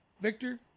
Victor